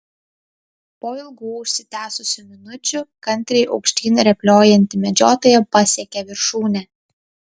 po ilgų užsitęsusių minučių kantriai aukštyn rėpliojanti medžiotoja pasiekė viršūnę